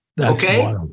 Okay